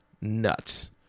nuts